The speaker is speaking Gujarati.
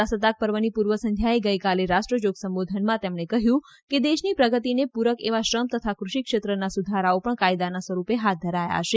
પ્રજાસત્તાક પર્વની પૂર્વ સંધ્યાએ ગઈકાલે રાષ્ટ્રજોગ સંબોધનમાં તેમણે કહ્યું કે દેશની પ્રગતિને પૂરક એવા શ્રમ તથા કૃષિ ક્ષેત્રના સુધારાઓ પણ કાયદાના સ્વરૂપે હાથ ધરાયા છે